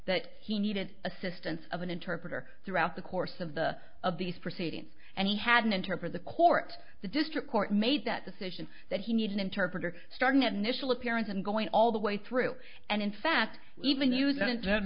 that he needed assistance of an interpreter throughout the course of the of these proceedings and he had an enterprise the court the district court made that decision that he need an interpreter starting at mishal appearance and going all the way through and in fact even use that